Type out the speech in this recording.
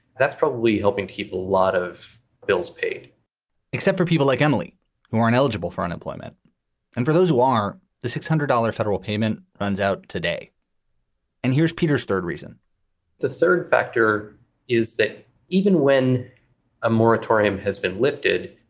that's probably helping to keep a lot of bills paid except for people like emily who aren't eligible for unemployment and for those who are the six hundred dollar federal payment runs out today and here's peter's third reason the third factor is that even when a moratorium has been lifted,